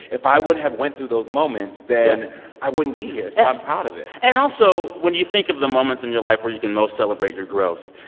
if i wouldn't have went through those moments. yes. then i wouldn't be here. so i'm proud of it and also, when you think of the moments in your life where you can most celebrate your growth,